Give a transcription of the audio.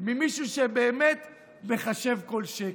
ממישהו שבאמת מחשב כל שקל.